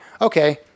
okay